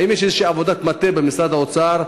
האם יש עבודת מטה כלשהי במשרד האוצר,